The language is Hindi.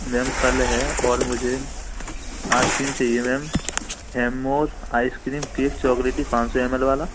मैम कल है और मुझे आसक्रीम चाहिए मैम हैवमोर आइसक्रीम की एक चॉकलेटी पाँच सौ एम एल वाला